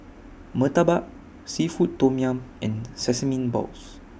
Murtabak Seafood Tom Yum and Sesame Balls